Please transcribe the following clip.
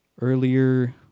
Earlier